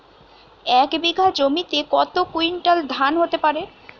এক বিঘা জমিতে কত কুইন্টাল ধান হতে পারে?